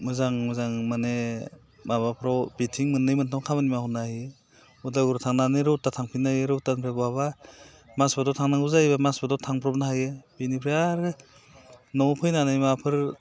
मोजां मोजां माने माबाफोराव बेथिं मोननै मोनथाम खामानि मावनो हायो उदालगुरी थांनानै रौता थांफिननो हायो रौतानिफ्राय बहाबा माजबादाव थांनांगौ जायोबा माजबादाव थांब्रबनो हायो बेनिफ्राय आरो न'आव फैनानै माबाफोर